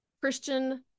christian